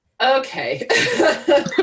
Okay